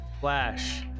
Flash